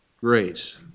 grace